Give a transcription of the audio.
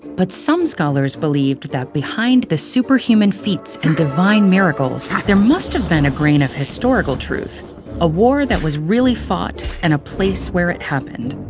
but some scholars believed that behind the superhuman feats and divine miracles there must have been a grain of historical truth a war that was really fought, and a place where it happened.